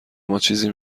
ماچیزی